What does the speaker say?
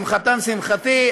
שמחתם, שמחתי.